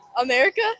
America